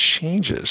changes